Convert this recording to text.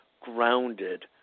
grounded